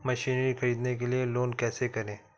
Machinery ख़रीदने के लिए लोन कैसे करें?